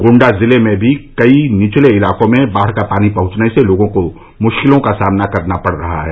गोण्डा जिले में भी कई निचले इलाकों में बाढ़ का पानी पहंडने से लोगों को मुश्किलों का सामना करना पड़ रहा है